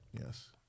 yes